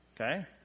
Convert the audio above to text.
okay